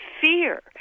fear